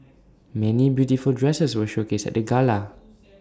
many beautiful dresses were showcased at the gala